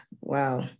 wow